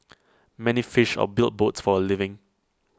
many fished or built boats for A living